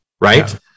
right